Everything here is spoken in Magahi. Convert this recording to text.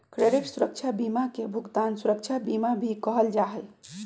क्रेडित सुरक्षा बीमा के भुगतान सुरक्षा बीमा भी कहल जा हई